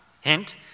Hint